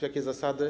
Jakie zasady?